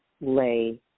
lay